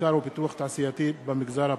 במחקר ופיתוח תעשייתי במגזר הפרטי.